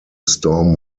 storm